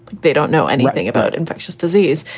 they don't know anything about infectious disease.